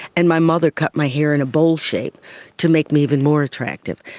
and my mother cut my hair in a bowl shape to make me even more attractive.